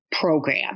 program